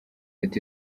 ati